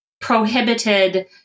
prohibited